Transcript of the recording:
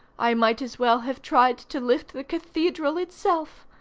i might as well have tried to lift the cathedral itself.